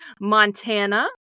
Montana